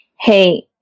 hey